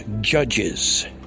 judges